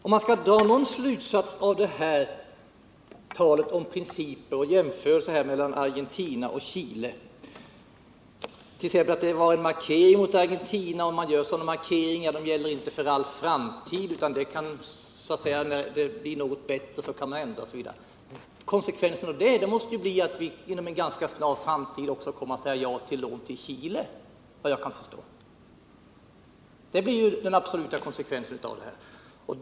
Om man skall dra någon slutsats av detta tal om principer och jämförelser mellan Argentina och Chile — t.ex. att det var en markering mot Argentina, att sådana markeringar inte gäller för all framtid utan när det blir bättre kan man ändra osv. — så blir det att vi inom en ganska snar framtid också kommer att säga ja till lån till Chile, vad jag kan förstå. Det blir ju den absoluta konsekvensen av detta.